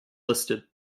listed